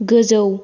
गोजौ